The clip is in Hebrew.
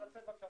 למיטב הבנתי,